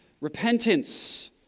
repentance